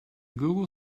google